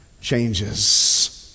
changes